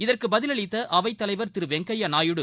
இதற்கு பதிலளித்த அவைத் தலைவர் திரு வெங்கப்யா நாயுடு